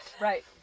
Right